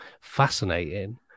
fascinating